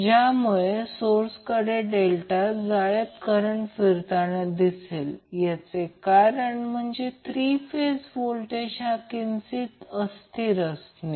ज्यामुळे सोर्सकडे डेल्टा जाळ्यात करंट फिरताना दिसेल याचे कारण म्हणजे 3 फेज व्होल्टेज हा किंचित अस्थिर असणे